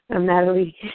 Natalie